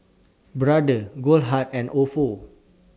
Brother Goldheart and Ofo